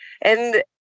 and